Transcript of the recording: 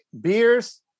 beers